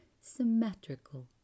symmetrical